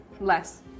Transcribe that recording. Less